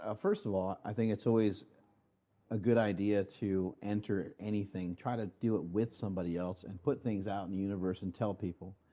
ah first of all, i think it's always a good idea to enter anything, try to do it with somebody else and put things out into the universe and tell people.